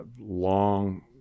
long